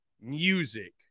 music